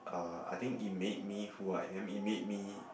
uh I think it made me who I am it made me